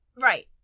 Right